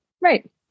right